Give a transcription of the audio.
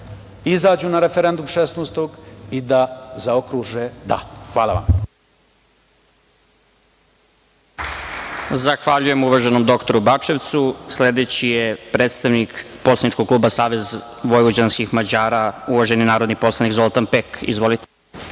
izađu na referendum 16. i da zaokruže – da. Hvala vam.